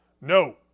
no